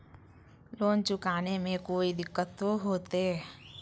Loan चुकाने में कोई दिक्कतों होते?